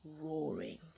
roaring